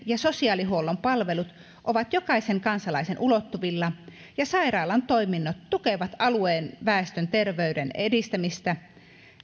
ja sosiaalihuollon peruspalvelut ovat jokaisen kansalaisen ulottuvilla ja sairaalan toiminnot tukevat alueen väestön terveyden edistämistä